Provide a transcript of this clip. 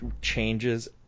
changes